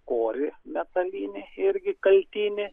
korį metalinį irgi kaltinį